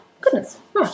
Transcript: goodness